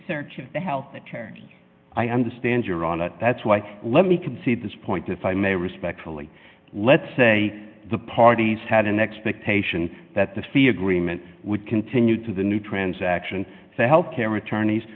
search of the health care i understand you're on it that's why let me concede this point if i may respectfully let's say the parties had an expectation that the fee agreement would continue to the new transaction that health care attorneys